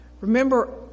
Remember